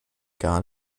gar